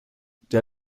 der